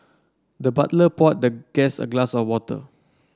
the butler poured the guest a glass of water